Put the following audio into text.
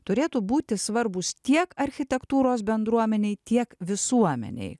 turėtų būti svarbūs tiek architektūros bendruomenei tiek visuomenei